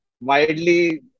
widely